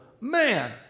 man